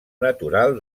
natural